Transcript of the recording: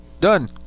done